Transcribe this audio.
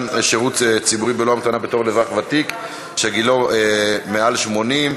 שירות ציבורי בלא המתנה בתור לאזרח ותיק שגילו מעל 80 שנים),